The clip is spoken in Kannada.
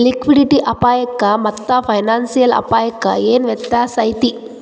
ಲಿಕ್ವಿಡಿಟಿ ಅಪಾಯಕ್ಕಾಮಾತ್ತ ಫೈನಾನ್ಸಿಯಲ್ ಅಪ್ಪಾಯಕ್ಕ ಏನ್ ವ್ಯತ್ಯಾಸೈತಿ?